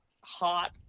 hot